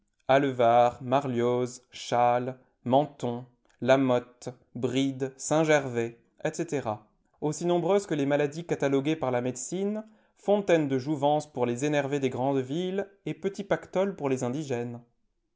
allevard marlioz challes menthon lamotte brides saint-gervais etc aussi nombreuses que les maladies cataloguées par la médecine fontaines de jouvence pour les énervés des grandes villes et petits pactoles pour les indigènes